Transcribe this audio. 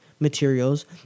Materials